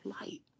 light